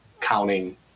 counting